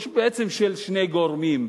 או בעצם של שני גורמים,